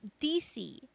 DC